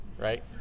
right